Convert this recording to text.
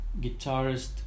guitarist